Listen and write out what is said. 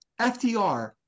FDR